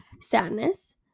sadness